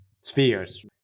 spheres